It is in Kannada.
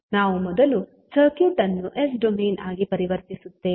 ನಾವು ಮೊದಲು ಸರ್ಕ್ಯೂಟ್ ಅನ್ನು ಎಸ್ ಡೊಮೇನ್ ಆಗಿ ಪರಿವರ್ತಿಸುತ್ತೇವೆ